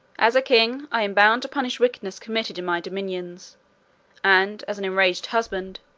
as a king, i am bound to punish wickedness committed in my dominions and as an enraged husband,